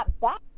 back